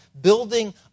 building